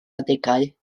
adegau